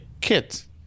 kids